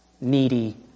needy